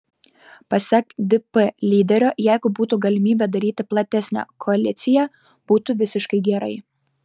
pasak dp lyderio jeigu būtų galimybė daryti platesnę koaliciją būtų visiškai gerai